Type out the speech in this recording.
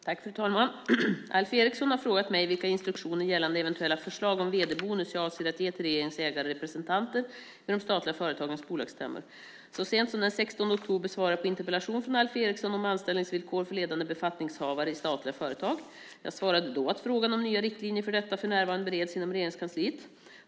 Fru talman! Alf Eriksson har frågat mig vilka instruktioner gällande eventuella förslag om vd-bonus jag avser att ge till regeringens ägarrepresentanter vid de statliga företagens bolagsstämmor. Så sent som den 16 oktober svarade jag på en interpellation från Alf Eriksson om anställningsvillkor för ledande befattningshavare i statliga företag. Jag svarade då att frågan om nya riktlinjer för detta för närvarande bereds inom Regeringskansliet.